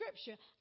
scripture